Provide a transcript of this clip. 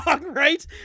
right